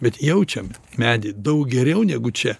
bet jaučiame medį daug geriau negu čia